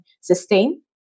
sustain